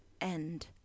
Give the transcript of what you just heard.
End